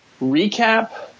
recap